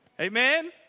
Amen